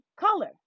color